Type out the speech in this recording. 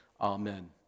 Amen